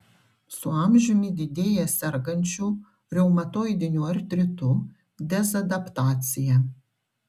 su amžiumi didėja sergančių reumatoidiniu artritu dezadaptacija